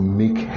make